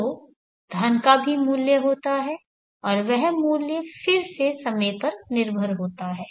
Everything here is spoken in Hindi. तो धन का भी मूल्य होता है और वह मूल्य फिर से समय पर निर्भर होता है